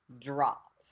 drop